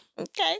Okay